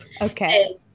Okay